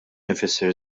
ifisser